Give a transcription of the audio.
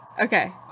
Okay